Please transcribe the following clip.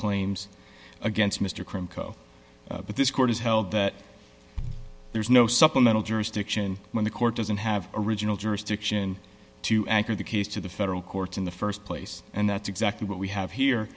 claims against mr crimm co but this court has held that there is no supplemental jurisdiction when the court doesn't have original jurisdiction to anchor the case to the federal courts in the st place and that's exactly what we have here